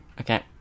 Okay